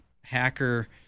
hacker